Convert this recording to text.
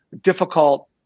difficult